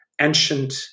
ancient